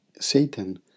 Satan